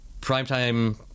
primetime –